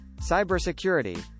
cybersecurity